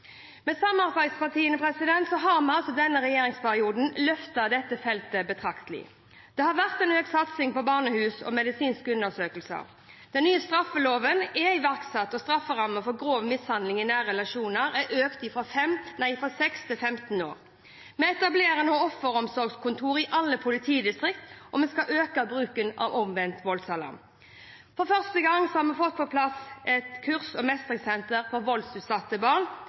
Med samarbeidspartiene har vi i denne regjeringsperioden løftet dette feltet betraktelig. Det har vært en økt satsing på barnehus og medisinske undersøkelser. Den nye straffeloven er iverksatt, og strafferammen for grov mishandling i nære relasjoner er økt fra 6 til 15 år. Vi etablerer nå offeromsorgskontor i alle politidistrikt, og vi skal øke bruken av omvendt voldsalarm. For første gang har vi fått på plass et kurs- og mestringssenter for voldutsatte barn,